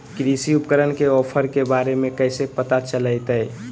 कृषि उपकरण के ऑफर के बारे में कैसे पता चलतय?